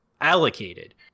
allocated